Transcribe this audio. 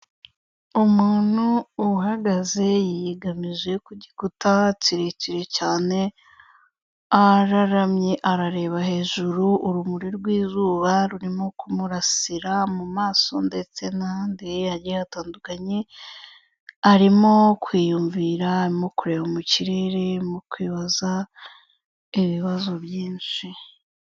Umuntu uhagaze yiyegamije ku gikuta kirekire cyane, araramye arareba hejuru, urumuri rw'izuba rurimo kumurasira mu maso ndetse n'ahandi hagiye hatandukanye, arimo kwiyumvira, arimo kureba mu kirere, arimo kwibaza ibibazo byinshi.